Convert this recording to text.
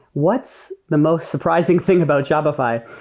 what's the most surprising thing about shopify?